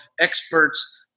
experts